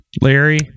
Larry